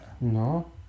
No